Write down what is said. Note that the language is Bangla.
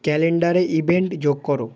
ক্যালেন্ডারে ইভেন্ট যোগ করো